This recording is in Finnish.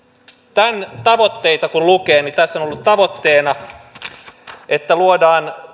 tämän tavoitteita kun lukee niin tässä on ollut tavoitteena että luodaan